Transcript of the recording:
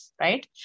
Right